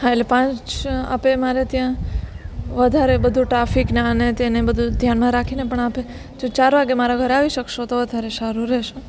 હા એટલે પાંચ આપણે મારે ત્યાં વધારે બધો ટ્રાફિકને આ ને તે ને બધું ધ્યાનમાં રાખીને પણ આપ જો ચાર વાગ્યે મારાં ઘરે આવી શકશો તો વધારે સારું રહેશે